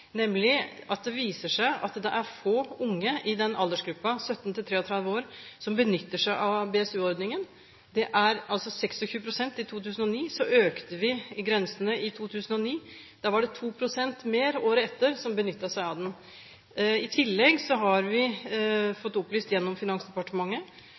nemlig at det viser seg at få unge i aldersgruppen 17–33 år benytter seg av BSU-ordningen. Det var altså 26 pst. i 2009. Så økte vi grensene i 2009. Da var det 2 pst. mer året etter som benyttet seg av den. I tillegg har vi